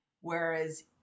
whereas